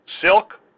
silk